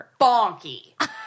bonky